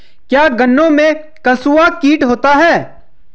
क्या गन्नों में कंसुआ कीट होता है?